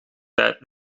tijd